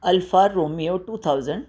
Alfa romeo two thousand